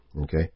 Okay